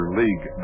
league